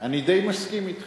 אני די מסכים אתכם.